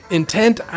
intent